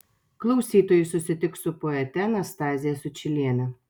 klausytojai susitiks su poete anastazija sučyliene